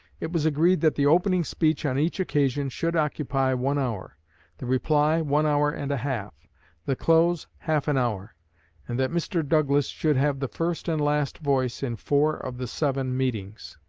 it was agreed that the opening speech on each occasion should occupy one hour the reply, one hour and a half the close, half an hour and that mr. douglas should have the first and last voice in four of the seven meetings.